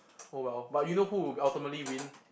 oh well but you know who will ultimately win